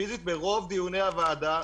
פיסית ברוב דיוני הוועדה.